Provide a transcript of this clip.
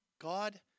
God